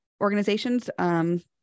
organizations